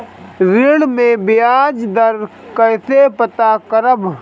ऋण में बयाज दर कईसे पता करब?